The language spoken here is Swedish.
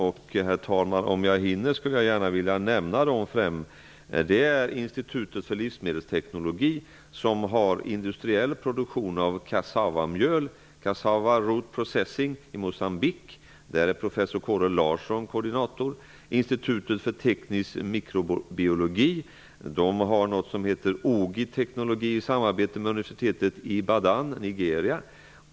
Om jag hinner, herr talman, skulle jag gärna vilja nämna dem. Institutet för teknisk mikrobiologi sysslar med ogitekonologi i samarbete med universitetet i Ibadan i Nigeria.